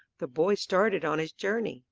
the boy started on his journey.